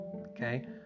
okay